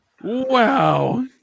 Wow